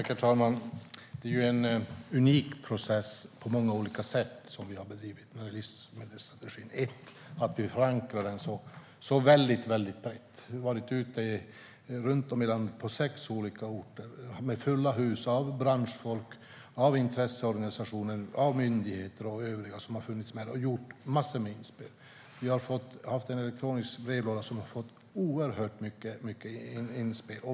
Herr talman! Det är på många olika sätt en unik process som vi har bedrivit med livsmedelsstrategin. En sak är att vi förankrar den så väldigt tajt. Vi har varit ute runt om i landet på sex olika orter. Det har varit fulla hus med branschfolk, intresseorganisationer, myndigheter och övriga som har funnits med och gjort massor med inspel. Vi har haft en elektronisk brevlåda som har fått oerhört mycket inspel.